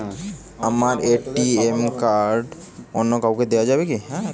আমার ATM card অন্য কাউকে দেওয়া যাবে কি?